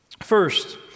First